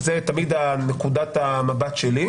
וזאת תמיד נקודת המבט שלי,